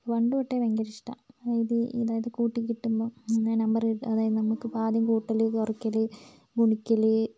പണ്ടുതൊട്ടേ ഭയങ്കരിഷ്ട്ടം അതായത് അതായത് കൂട്ടിക്കിട്ടുമ്പോൾ ഇങ്ങനെ നമ്പറ് അതായത് നമുക്കിപ്പോൾ ആദ്യം കൂട്ടൽ കുറക്കൽ ഗുണിക്കൽ